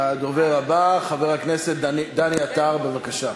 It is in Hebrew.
הדובר הבא, חבר הכנסת דני עטר, בבקשה.